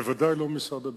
ובוודאי משרד הביטחון.